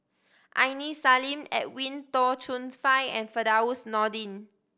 Aini Salim Edwin Tong Chun Fai and Firdaus Nordin